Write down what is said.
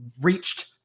reached